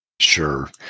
Sure